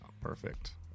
Perfect